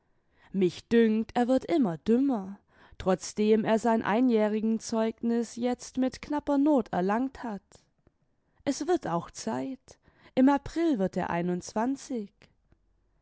mich dünkt er wird immer dümmer trotzdem er sein einjährigenzeugnis jetzt mit knapper not erlangt hat es wird auch zeit im april wird er einundzwanzig